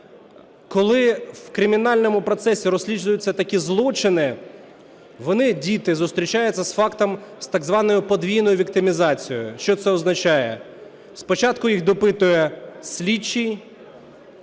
Коли в кримінальному процесі розслідуються такі злочини, вони, діти, зустрічаються з фактом, з так званою подвійною віктимізацією. Що це означає? Спочатку їх допитує слідчий…